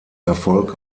erfolg